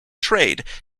trade